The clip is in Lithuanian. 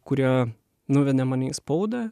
kurie nuvedė mane į spaudą